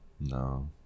No